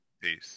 Peace